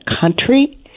country